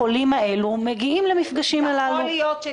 אורית, יש פה גם הורדה של תשלומים.